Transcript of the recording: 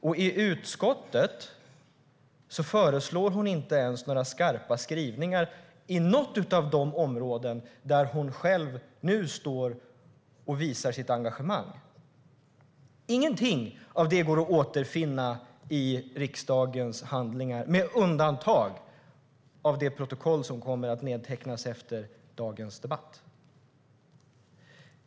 Men i utskottet föreslår hon över huvud taget inga skarpa skrivningar på något av de områden där hon själv nu står och visar sitt engagemang. Ingenting av detta går att återfinna i riksdagens handlingar, om man inte räknar med det protokoll som kommer att publiceras efter dagens debatt.